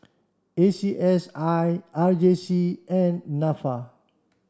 A C S I R J C and NAFA